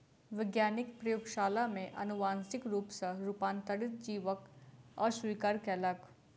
वैज्ञानिक प्रयोगशाला में अनुवांशिक रूप सॅ रूपांतरित जीवक आविष्कार कयलक